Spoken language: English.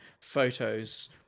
photos